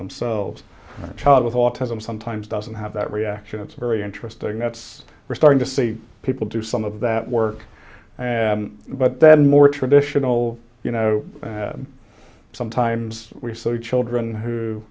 themselves child with autism sometimes doesn't have that reaction it's very interesting that's we're starting to see people do some of that work but then more traditional you know sometimes we so children who